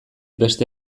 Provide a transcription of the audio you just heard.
beste